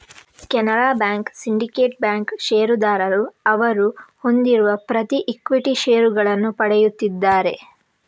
Canara bank, syndicate bank ಷೇರುದಾರರು ಅವರು ಹೊಂದಿರುವ ಪ್ರತಿ ಈಕ್ವಿಟಿ ಷೇರುಗಳನ್ನು ಪಡೆಯುತ್ತಿದ್ದಾರೆ